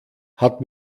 hat